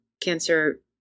cancer